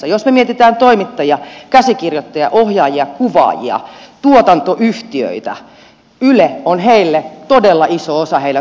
jos me mietimme toimittajia käsikirjoittajia ohjaajia kuvaajia tuotantoyhtiöitä yle on heille todella iso osa heidän toimeentuloansa